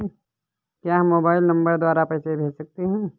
क्या हम mobile number द्वारा पैसे भेज सकते हैं?